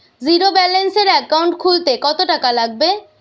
জিরোব্যেলেন্সের একাউন্ট খুলতে কত টাকা লাগবে?